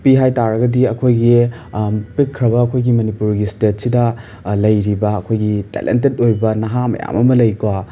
ꯄꯤ ꯍꯥꯏ ꯇꯥꯔꯒꯗꯤ ꯑꯩꯈꯣꯏꯒꯤ ꯄꯤꯛꯈ꯭ꯔꯕ ꯑꯩꯈꯣꯏꯒꯤ ꯃꯅꯤꯄꯨꯔꯒꯤ ꯁ꯭ꯇꯦꯠꯁꯤꯗ ꯂꯩꯔꯤꯕ ꯑꯩꯈꯣꯏꯒꯤ ꯇꯦꯂꯦꯟꯇꯦꯠ ꯑꯣꯏꯕ ꯅꯍꯥ ꯃꯌꯥꯝ ꯑꯃ ꯂꯩꯀꯣ